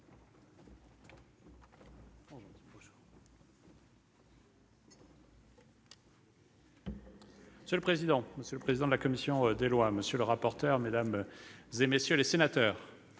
Monsieur le président, monsieur le président de la commission des affaires sociales, monsieur le rapporteur, mesdames, messieurs les sénateurs,